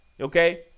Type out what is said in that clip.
okay